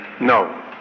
No